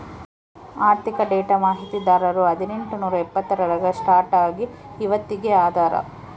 ಆರ್ಥಿಕ ಡೇಟಾ ಮಾಹಿತಿದಾರರು ಹದಿನೆಂಟು ನೂರಾ ಎಪ್ಪತ್ತರಾಗ ಸ್ಟಾರ್ಟ್ ಆಗಿ ಇವತ್ತಗೀ ಅದಾರ